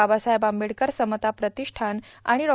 बाबासाहेब आंबेडकर समता प्रतिष्ठान आणि डॉ